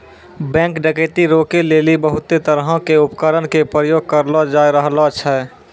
bank डकैती रोकै लेली बहुते तरहो के उपकरण के प्रयोग करलो जाय रहलो छै